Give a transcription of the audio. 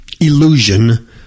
illusion